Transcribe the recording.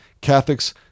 Catholics